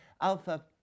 Alpha